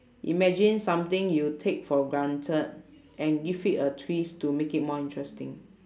imagine something you take for granted and give it a twist to make it more interesting